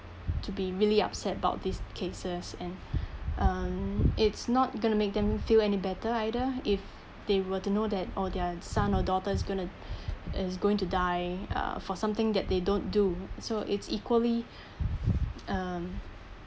to be really upset about this cases and uh it's not going to make them feel any better either if they were to know that oh their son or daughter is going to it's going to die uh for something that they don't do so it's equally um